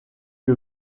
que